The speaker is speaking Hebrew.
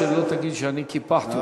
שלא תגיד שאני קיפחתי אותך.